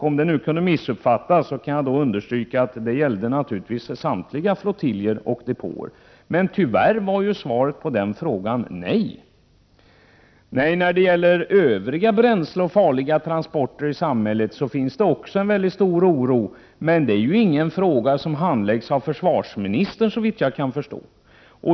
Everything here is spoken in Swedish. Om detta kunde missuppfattas, vill jag understryka att det naturligtvis gällde samtliga flottiljer och depåer. Tyvärr var svaret på den frågan nej. Även när det gäller övriga farliga transporter i samhället av bl.a. bränsle finns det en stor oro, men det är ju ingen fråga som handläggs av försvarsministern, såvitt jag förstår.